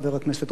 ואחריו,